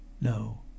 No